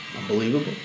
Unbelievable